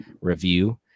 review